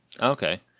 Okay